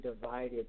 divided